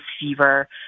fever